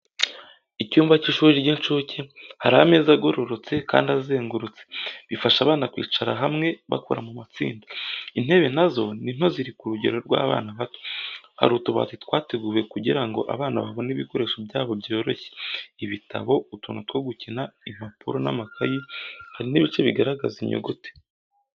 Icyumba cy’ishuri ry’incuke. Hari ameza agororotse kandi azengurutse, bifasha abana kwicara hamwe, bakora mu matsinda. Intebe na zo ni nto ziri ku rugero rw’abana bato. Hari utubati twateguwe kugira ngo abana babone ibikoresho byabo byoroshye: ibitabo, utuntu two gukina, impapuro n’amakayi. Hari n'ibice bigaragaza inyuguti.